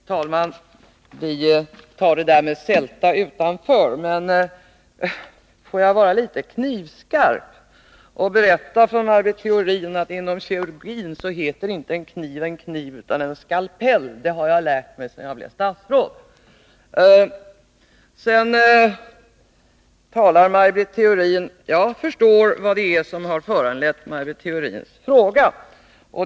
Herr talman! Jag lämnar det där med sälta därhän. Men låt mig vara knivskarp och berätta för Maj Britt Theorin att en kniv inom kirurgin inte heter en kniv utan skalpell — det har jag lärt mig sedan jag blev statsråd. Jag förstår vad det är som har föranlett Maj Britt Theorins fråga.